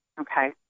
Okay